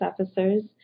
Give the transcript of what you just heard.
officers